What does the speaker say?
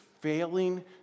failing